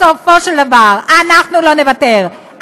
בסופו של דבר אנחנו לא נוותר,